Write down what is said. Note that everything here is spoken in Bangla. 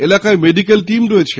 এলাকায় মেডিকেল টিম রয়েছে